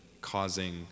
causing